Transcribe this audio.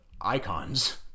icons